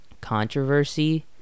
Controversy